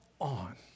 on